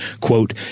quote